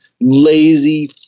lazy